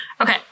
Okay